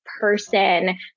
person